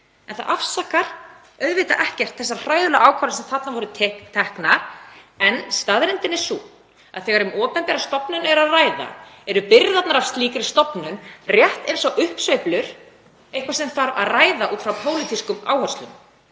En það afsakar auðvitað ekkert þessar hræðilegu ákvarðanir sem þarna voru teknar. En staðreyndin er sú að þegar um opinbera stofnun er að ræða eru byrðarnar af slíkri stofnun, rétt eins og uppsveiflur, eitthvað sem þarf að ræða út frá pólitískum áherslum.